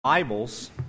Bibles